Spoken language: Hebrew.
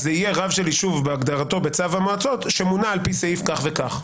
אז זה יהיה רב של יישוב בהגדרתו בצו המועצות שמונה על פי סעיף כך וכך.